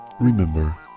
Remember